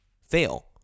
fail